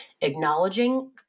acknowledging